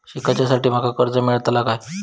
शिकाच्याखाती माका कर्ज मेलतळा काय?